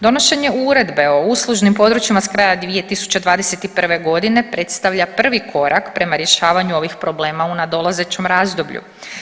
Donošenje Uredbe o uslužnim područjima s kraja 2021. godine predstavlja prvi korak prema rješavanju ovih problema u nadolazećem razdoblju.